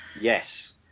Yes